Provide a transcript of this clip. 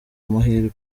amahirwe